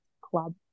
club